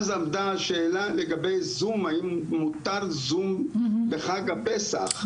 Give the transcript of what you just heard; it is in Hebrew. אז עמדה השאלה לגבי זום, האם מותר זום בחג הפסח.